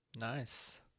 Nice